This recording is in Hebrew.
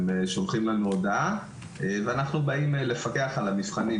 הם שולחים לנו הודעה ואנחנו באים לפקח על המבחנים,